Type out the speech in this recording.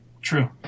True